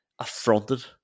affronted